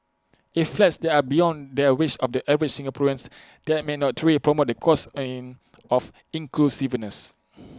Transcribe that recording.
if flats there are beyond the reach of the average Singaporeans that may not truly promote the cause and of inclusiveness